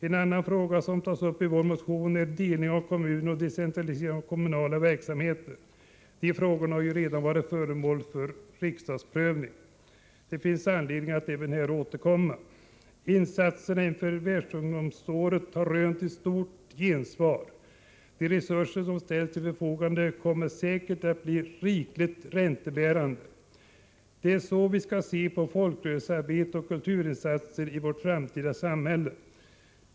En annan fråga som tas upp i vår motion är delning av kommuner och decentralisering av den kommunala verksamheten. Dessa frågor har redan varit föremål för riksdagsprövning. Det finns anledning att även här återkomma. Insatserna inför Världsungdomsåret har mött ett stort gensvar. De resurser som ställs till förfogande kommer säkert att bli rikligen räntebärande. Det är så vi skall se på folkrörelsearbete och kulturinsatser i vårt framtida samhälle.